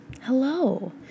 Hello